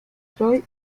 troy